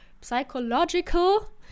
psychological